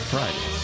Friday